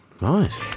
Nice